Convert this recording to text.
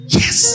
yes